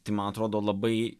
tai ma atrodo labai